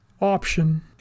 option